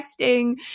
texting